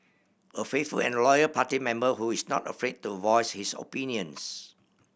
a faithful and loyal party member who is not afraid to voice his opinions